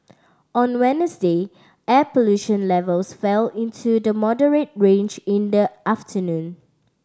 on Wednesday air pollution levels fell into the moderate range in the afternoon